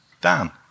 Dan